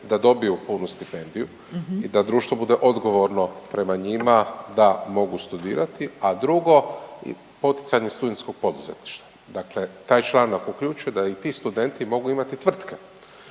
da dobiju punu stipendiju i da društvo bude odgovorno prema njima da mogu studirati, a drugo, poticanje studentskog poduzetništva. Dakle, taj članak uključuje da i ti studenti mogu imati tvrtke.